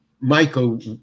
Michael